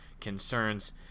concerns